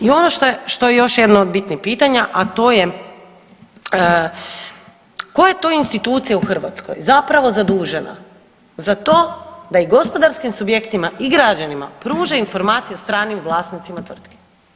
I ono što je još jedno od bitnih pitanja, a to je koja je to institucija u Hrvatskoj zapravo zadužena za to da i gospodarskim subjektima i građanima pruže informacije o stranim vlasnicima tvrtke?